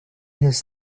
his